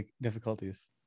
difficulties